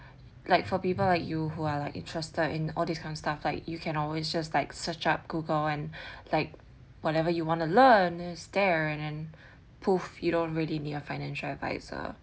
like for people like you who are like interested in all these kind of stuff like you can always just like search up google and like whatever you want to learn is there and and you don't really need a financial adviser